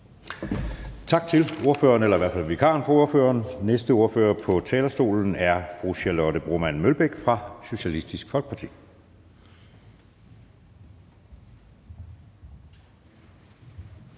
næstformand (Jeppe Søe): Tak til vikaren for ordføreren. Næste ordfører på talerstolen er fru Charlotte Broman Mølbæk fra Socialistisk Folkeparti.